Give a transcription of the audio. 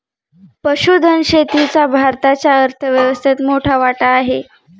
पशुधन शेतीचा भारताच्या अर्थव्यवस्थेत मोठा वाटा आहे